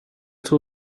two